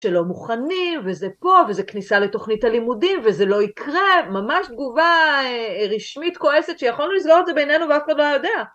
שלא מוכנים, וזה פה, וזה כניסה לתוכנית הלימודים, וזה לא יקרה, ממש תגובה רשמית כועסת שיכולנו לסגור את זה בינינו ואף אחד לא היה יודע